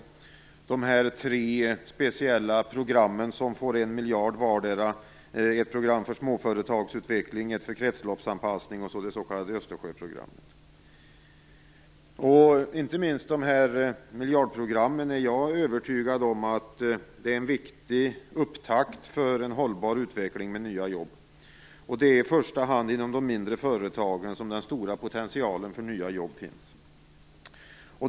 Det gäller också de här tre speciella programmen som får 1 miljard kronor var, ett program för småföretagsutveckling, ett program kretsloppsanpassning och så det s.k. Östersjöprogrammet. Jag är övertygad om att inte minst dessa miljardprogram är en viktig upptakt för en hållbar utveckling med nya jobb. Det är i första hand inom de mindre företagen som den stora potentialen för nya jobb finns.